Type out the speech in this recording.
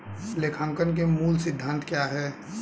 लेखांकन के मूल सिद्धांत क्या हैं?